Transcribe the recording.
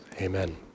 Amen